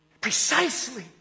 Precisely